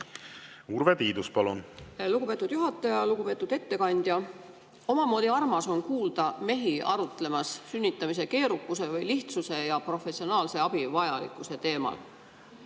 Urve Tiidus, palun! Lugupeetud juhataja! Lugupeetud ettekandja! Omamoodi armas on kuulda mehi arutlemas sünnitamise keerukuse või lihtsuse ja professionaalse abi vajalikkuse teemal.